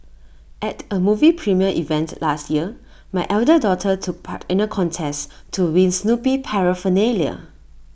at A movie premiere event last year my elder daughter took part in A contest to win Snoopy Paraphernalia